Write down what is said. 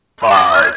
Five